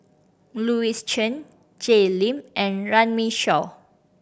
Louis Chen Jay Lim and Runme Shaw